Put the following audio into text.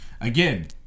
Again